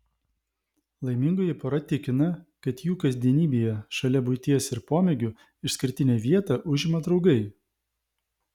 laimingoji pora tikina kad jų kasdienybėje šalia buities ir pomėgių išskirtinę vietą užima draugai